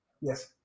Yes